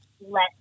let